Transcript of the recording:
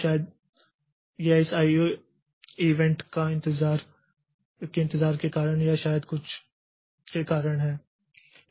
तो शायद यह इस IO इवेंट के इंतजार के कारण या शायद कुछ के कारण है